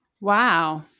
Wow